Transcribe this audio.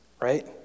right